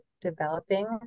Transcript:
developing